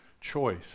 choice